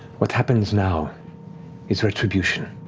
what happens now is retribution.